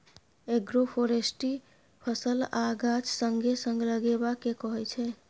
agroforestry फसल आ गाछ संगे संग लगेबा केँ कहय छै